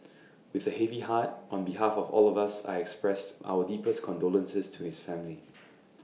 with A heavy heart on behalf of all of us I expressed our deepest condolences to his family